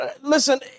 Listen